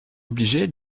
obligé